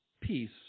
peace